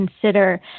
consider